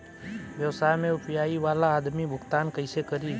व्यवसाय में यू.पी.आई वाला आदमी भुगतान कइसे करीं?